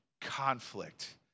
conflict